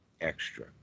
extra